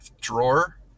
drawer